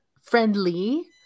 friendly